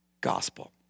gospel